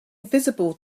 visible